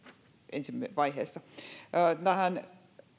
ensi vaiheesta tähän